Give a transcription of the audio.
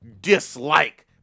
dislike